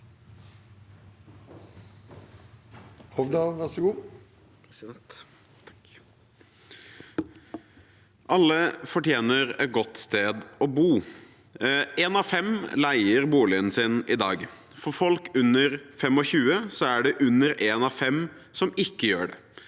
Alle fortje- ner et godt sted å bo. Én av fem leier boligen sin i dag, og blant folk under 25 år er det under én av fem som ikke gjør det.